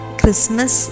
Christmas